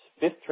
fifth